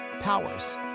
powers